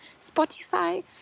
Spotify